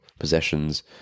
possessions